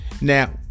Now